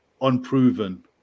unproven